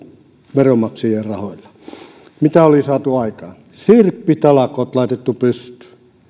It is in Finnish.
veronmaksajien rahoilla mitä oli saatu aikaan sirppitalkoot laitettu pystyyn